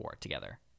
together